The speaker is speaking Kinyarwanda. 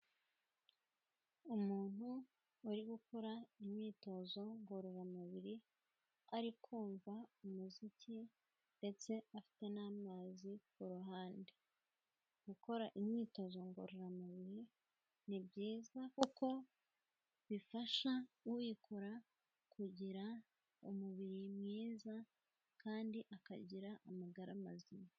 Umuntu uri gukora imyitozo ngororamubiri ari kumva imiziki ndetse afite n'amazi ku ruhande, gukora imyitozo ngororamubiri ni byiza kuko bifasha uyikora kugira umubiri mwiza kandi akagira amagara mazima.